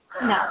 No